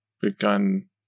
begun